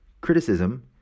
criticism